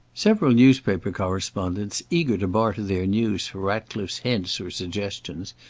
several newspaper correspondents, eager to barter their news for ratcliffe's hints or suggestions,